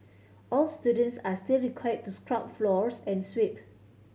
all students are still required to scrub floors and sweep